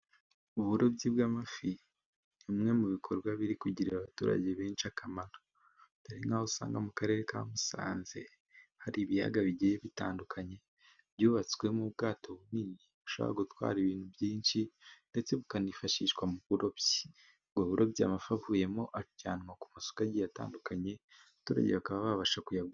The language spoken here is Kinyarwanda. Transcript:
Uburobyi bw'amafi ni bimwe mu bikorwa biri kugirira abaturage benshi akamaro, dore aho usanga mu karere ka Musanze hari ibiyaga bigiye bitandukanye byubatswemo ubwato bunini bushoboraa gutwara ibintu byinshi ndetse bukanifashishwa mu burobyi. Uburobyi amafi avuyemo ajyanwa ku masoko atandukanye abaturage bakaba babasha kuyagura.